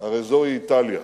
הרי זוהי איטליה.